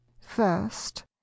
first